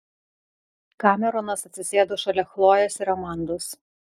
kameronas atsisėdo šalia chlojės ir amandos